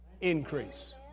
Increase